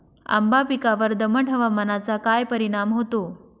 आंबा पिकावर दमट हवामानाचा काय परिणाम होतो?